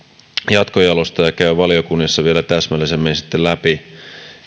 jatkojalostaa ja käydä valiokunnissa täsmällisemmin läpi